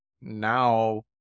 now